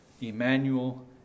Emmanuel